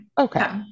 okay